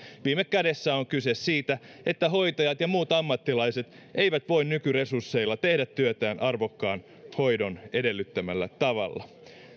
viime kädessä on kyse siitä että hoitajat ja muut ammattilaiset eivät voi nykyresursseilla tehdä työtään arvokkaan hoidon edellyttämällä tavalla